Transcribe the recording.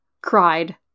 cried